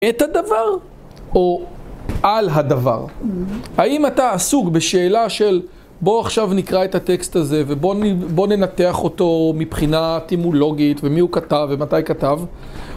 את הדבר או על הדבר? האם אתה עסוק בשאלה של בוא עכשיו נקרא את הטקסט הזה ובוא ננתח אותו מבחינה תימולוגית ומי הוא כתב ומתי כתב?